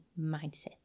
mindset